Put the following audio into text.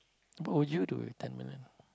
what would you do with ten million